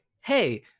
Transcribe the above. hey